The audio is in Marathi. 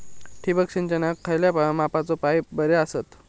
ठिबक सिंचनाक खयल्या मापाचे पाईप बरे असतत?